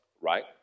right